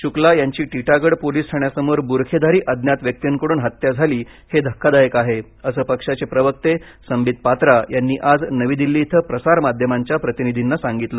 शुक्ला यांची टीटागड पोलीस ठाण्यासमोर बुरखेधारी अज्ञात व्यक्तींकडून हत्या झाली हे धक्कादायक आहे असं पक्षाचे प्रवक्ते संबित पात्रा यांनी आज नवी दिल्ली इथं प्रसारमाध्यमांच्या प्रतिनिधींना सांगितलं